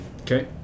Okay